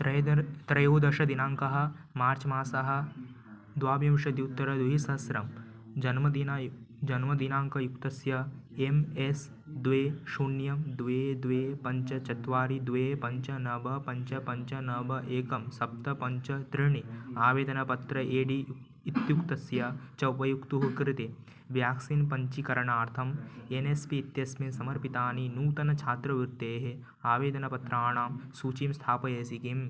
त्रयोदश त्रयोदशदिनाङ्कः मार्च् मासः द्वाविंशत्युत्तरद्विसहस्रं जन्मदिनं जन्मदिनाङ्कयुक्तस्य एम् एस् द्वे शून्यं द्वे द्वे पञ्च चत्वारि द्वे पञ्च नव पञ्च पञ्च नव एकं सप्त पञ्च त्रीणि आवेदनपत्र ए डी इत्युक्तस्य च उपयोक्तुः कृते व्याक्सीन् पञ्जीकरणार्थम् एन् एस् पी इत्यस्मिन् समर्पितानि नूतनछात्रवृत्तेः आवेदनपत्राणां सूचीं स्थापयसि किम्